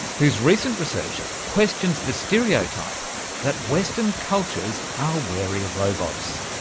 whose recent research questions the stereotype that western cultures are wary of robots.